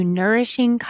nourishing